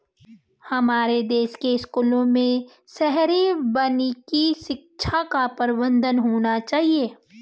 हमारे देश के स्कूलों में शहरी वानिकी शिक्षा का प्रावधान होना चाहिए